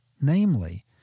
namely